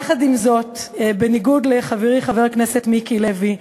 יחד עם זאת, בניגוד לחברי חבר הכנסת מיקי לוי,